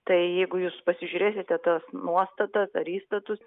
tai jeigu jūs pasižiūrėsite tas nuostatas ar įstatus